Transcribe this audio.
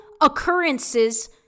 occurrences